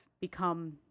become